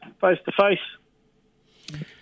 face-to-face